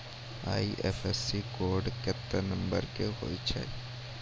IFSC code केत्ते number के होय छै